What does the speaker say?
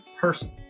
person